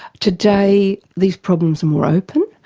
today these problems are more open,